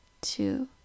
two